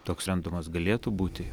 toks rendumas galėtų būti